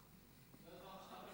בטווח ה-15.